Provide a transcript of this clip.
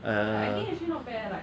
err